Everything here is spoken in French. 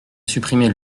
supprimer